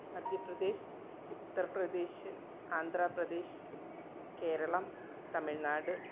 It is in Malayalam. മധ്യപ്രദേശ് ഉത്തർപ്രദേശ് ആന്ധ്രാപ്രദേശ് കേരളം തമിഴ്നാട്